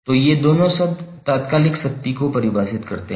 तो ये दोनों शब्द तात्कालिक शक्ति को परिभाषित करते हैं